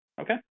Okay